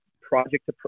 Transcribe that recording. project